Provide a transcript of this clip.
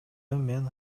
мен